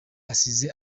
asize